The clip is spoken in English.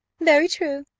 very true,